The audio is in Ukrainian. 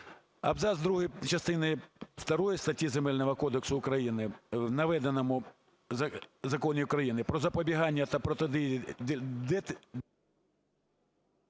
Абзац другий частини другої статті Земельного кодексу України в наведеному законі України про запобігання та протидію….